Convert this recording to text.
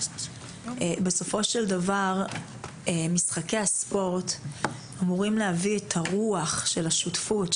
בסופו של דבר משחקי הספורט אמורים להביא את הרוח של השותפות,